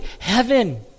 Heaven